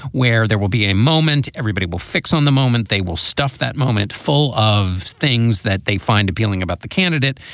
where there will be a moment everybody will fix on the moment they will stuff that moment full of things that they find appealing about the candidate.